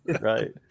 Right